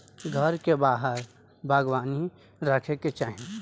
घर के बाहर बागवानी रखे के चाही